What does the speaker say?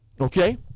okay